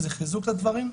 זה חיזוק לדברים,